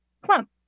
clump